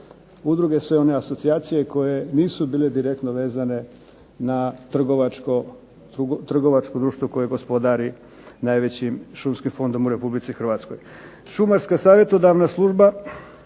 udruge, sve one asocijacije koje nisu bile direktno vezane na trgovačko društvo koje gospodari najvećim šumskim fondom u RH. Šumarska savjetodavna služba